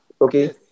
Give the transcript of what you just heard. Okay